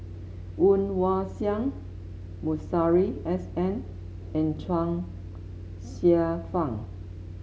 Woon Wah Siang Masuri S N and Chuang Hsueh Fang